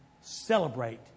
celebrate